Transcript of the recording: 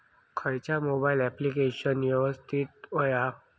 खयचा mobile application यवस्तित होया?